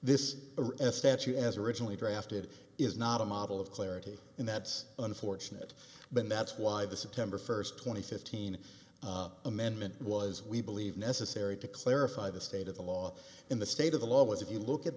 this a statute as originally drafted is not a model of clarity and that's unfortunate been that's why the september first twenty fifteen amendment was we believe necessary to clarify the state of the law in the state of the law was if you look at